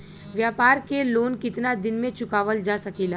व्यापार के लोन कितना दिन मे चुकावल जा सकेला?